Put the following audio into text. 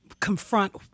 confront